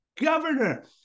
governor